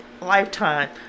lifetime